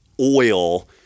oil